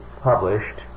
published